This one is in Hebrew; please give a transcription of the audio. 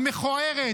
המכוערת,